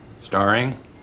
Starring